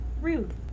Rude